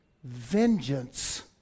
vengeance